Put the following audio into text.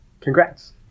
Congrats